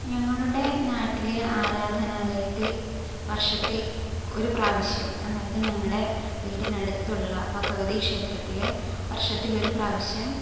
ഞങ്ങളുടെ നാട്ടിലെ ആരാധനാലയത്തിൽ വർഷത്തിൽ ഒരു പ്രാവശ്യം അതായത് ഞങ്ങളുടെ വീടിനടുത്തുള്ള ഭഗവതി ക്ഷേത്രത്തിൽ വർഷത്തിൽ ഒരു പ്രാവശ്യം